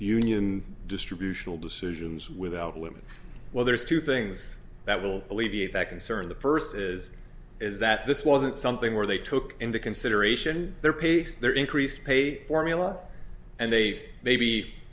union distributional decisions without limit well there's two things that will alleviate that concern the first is is that this wasn't something where they took into consideration their pace their increased pay formula and they maybe